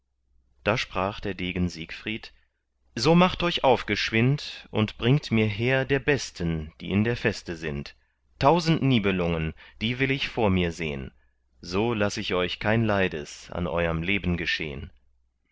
da sprach der degen siegfried so macht euch auf geschwind und bringt mir her der besten die in der feste sind tausend nibelungen die will ich vor mir sehn so laß ich euch kein leides an euerm leben geschehn